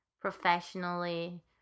professionally